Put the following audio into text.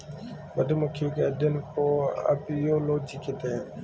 मधुमक्खियों के अध्ययन को अपियोलोजी कहते हैं